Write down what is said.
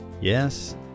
Yes